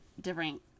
different